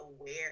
aware